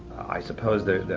i suppose that,